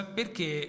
perché